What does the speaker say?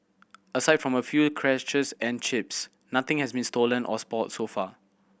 aside from a few scratches and chips nothing has been stolen or spoilt so far